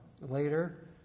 later